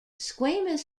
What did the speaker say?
squamous